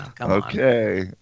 Okay